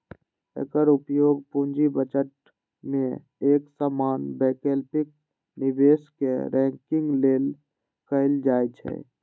एकर उपयोग पूंजी बजट मे एक समान वैकल्पिक निवेश कें रैंकिंग लेल कैल जाइ छै